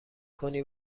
کنی